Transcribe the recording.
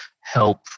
help